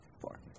four